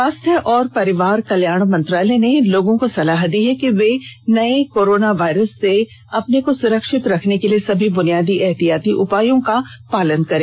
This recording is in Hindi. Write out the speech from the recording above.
स्वास्थ्य और परिवार कल्याण मंत्रालय ने लोगों को सलाह दी है कि वे नये कोरोना वायरस से अपने को सुरक्षित रखने के लिए सभी बुनियादी एहतियाती उपायों का पालन करें